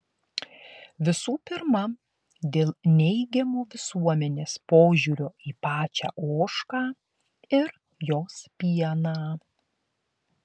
visų pirma dėl neigiamo visuomenės požiūrio į pačią ožką ir jos pieną